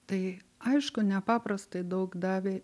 tai aišku nepaprastai daug davė